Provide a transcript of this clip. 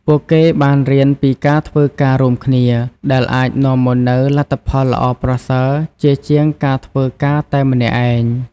ពួកគេបានរៀនពីការធ្វើការរួមគ្នា ដែលអាចនាំមកនូវលទ្ធផលល្អប្រសើរជាជាងការធ្វើការតែម្នាក់ឯង។